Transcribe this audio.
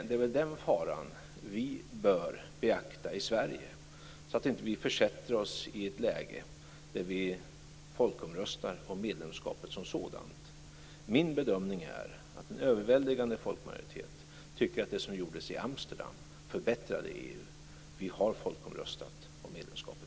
Det är den faran som vi bör beakta i Sverige, så att vi inte försätter oss i ett läge där vi folkomröstar om medlemskapet som sådant. Min bedömning är att en överväldigande folkmajoritet tycker att det som gjordes i Amsterdam förbättrade EU. Vi har redan folkomröstat om medlemskapet.